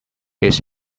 it’s